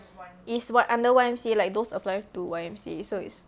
is one under the Y_M_C_A like those applying to Y_M_C_A so it's